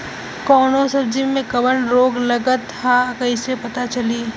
कौनो सब्ज़ी में कवन रोग लागल ह कईसे पता चली?